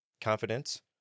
Confidence